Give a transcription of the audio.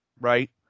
right